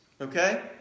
Okay